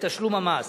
לתשלום המס.